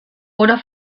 oder